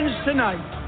tonight